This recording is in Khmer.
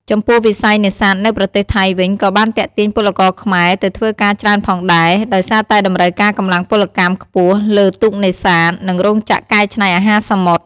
ចំពោះវិស័យនេសាទនៅប្រទេសថៃវិញក៏បានទាក់ទាញពលករខ្មែរទៅធ្វើការច្រើនផងដែរ ដោយសារតែតម្រូវការកម្លាំងពលកម្មខ្ពស់លើទូកនេសាទ និងរោងចក្រកែច្នៃអាហារសមុទ្រ ។